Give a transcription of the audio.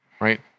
Right